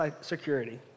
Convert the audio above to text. security